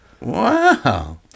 Wow